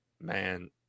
man